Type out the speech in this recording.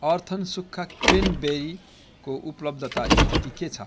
earthen सुक्खा क्रेनबेरीको उपलब्धता स्थिति के छ